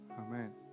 Amen